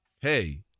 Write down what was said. hey